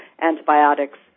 antibiotics